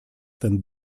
ten